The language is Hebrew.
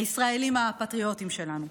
הישראלים הפטריוטים שלנו.